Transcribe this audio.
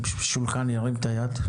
פה סביב השולחן ירים את היד?